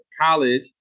college